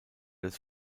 des